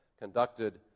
conducted